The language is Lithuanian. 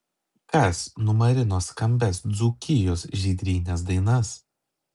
kas numarino skambias dzūkijos žydrynės dainas